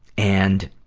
and,